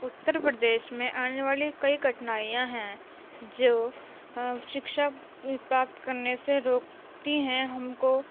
اتر پردیش میں آنے والی کئی کھٹینائیاں ہیں جو شکشا پراپت کرنے سے روکتی ہیں ہم کو